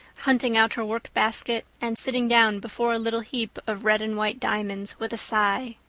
hunting out her workbasket and sitting down before a little heap of red and white diamonds with a sigh.